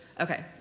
okay